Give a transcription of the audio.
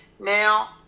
Now